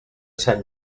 sant